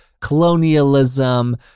colonialism